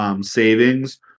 savings